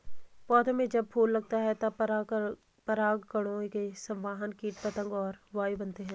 पौधों में जब फूल लगता है तब परागकणों के संवाहक कीट पतंग और वायु बनते हैं